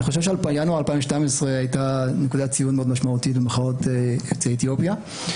ינואר 2012 הייתה נקודת ציון מאוד משמעותית במחאות יוצאי אתיופיה,